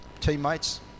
teammates